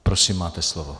Prosím, máte slovo.